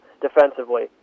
defensively